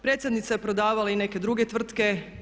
Predsjednica je prodavala i neke druge tvrtke.